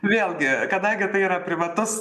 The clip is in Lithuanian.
vėlgi kadangi tai yra privatus